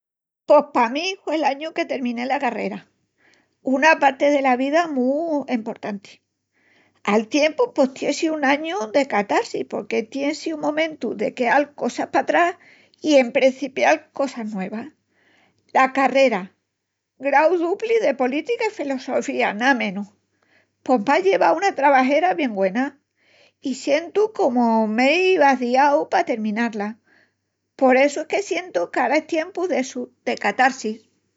Pos pa mí hue l'añu que terminé la carrera, una parti dela mi vida mu emportanti. Al tiempu pos tien síu un añu de catarsis porque tienin síu momentus de queal cosas patrás i emprencipial cosas nuevas. La carrera, grau dupli de política i filosofía ná menus, pos m'á llevau una trebajera bien güena, i sientu comu que m'ei vaziau pa terminá-la. Por essu es que sientu qu'ara es tiempu d'essu, de catarsis.